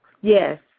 Yes